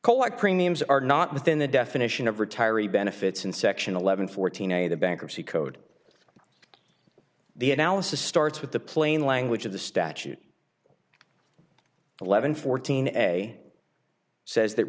collect premiums are not within the definition of retiree benefits in section eleven fourteen a the bankruptcy code the analysis starts with the plain language of the statute eleven fourteen essay says that